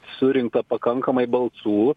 surinkta pakankamai balsų